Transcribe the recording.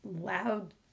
Loud